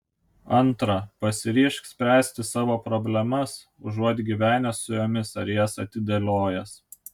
antra pasiryžk spręsti savo problemas užuot gyvenęs su jomis ar jas atidėliojęs